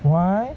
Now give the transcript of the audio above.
why